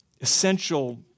essential